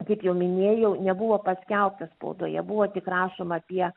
kaip jau minėjau nebuvo paskelbta spaudoje buvo tik rašoma apie